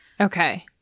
Okay